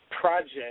project